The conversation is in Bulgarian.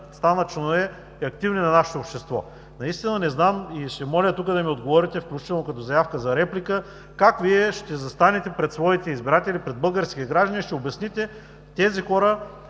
станат активни членове на нашето общество? Наистина не знам и ще моля тук да ми отговорите, включително като заявка за реплика: как Вие ще застанете пред своите избиратели, пред българските граждани и ще обясните защо